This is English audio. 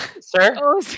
Sir